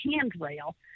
handrail